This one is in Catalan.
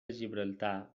gibraltar